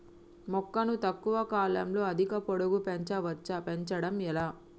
మొక్కను తక్కువ కాలంలో అధిక పొడుగు పెంచవచ్చా పెంచడం ఎలా?